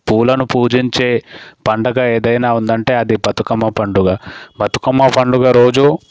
పూలను పూజించే పండగ ఏదైనా ఉందంటే అది బతుకమ్మ పండుగ బతుకమ్మ పండుగ రోజు